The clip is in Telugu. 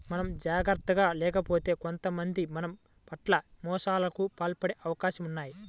మనం జాగర్తగా లేకపోతే కొంతమంది మన పట్ల మోసాలకు పాల్పడే అవకాశాలు ఉన్నయ్